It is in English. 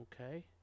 Okay